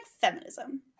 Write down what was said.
feminism